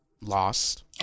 Lost